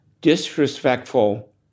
disrespectful